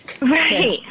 Right